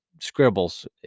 scribbles